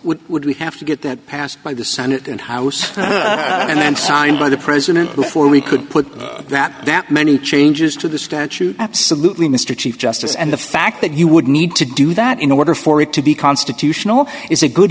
would would we have to get that passed by the senate and house and signed by the president before we could put that many changes to the statute absolutely mr chief justice and the fact that you would need to do that in order for it to be constitutional is a good